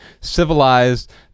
civilized